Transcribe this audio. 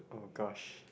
oh gosh